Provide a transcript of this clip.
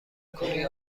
کوری